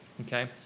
Okay